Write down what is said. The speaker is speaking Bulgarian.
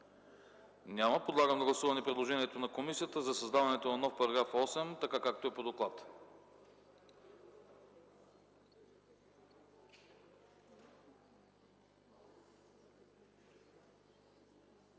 Няма. Подлагам на гласуване предложението на комисията за създаването на нов § 20, както е по доклада.